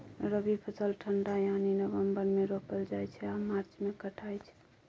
रबी फसल ठंढा यानी नवंबर मे रोपल जाइ छै आ मार्च मे कटाई छै